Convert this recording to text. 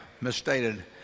misstated